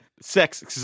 Sex